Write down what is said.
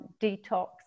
detox